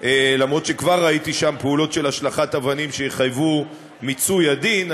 אף שכבר ראיתי שם פעולות של השלכת אבנים שיחייבו מיצוי הדין,